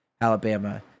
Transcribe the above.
Alabama